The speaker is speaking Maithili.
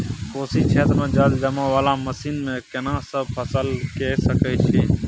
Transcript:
कोशी क्षेत्र मे जलजमाव वाला जमीन मे केना सब फसल के सकय छी?